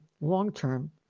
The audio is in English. long-term